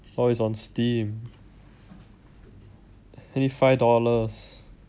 oh it's on Steam it's five dollars